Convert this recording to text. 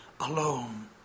alone